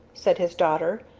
said his daughter.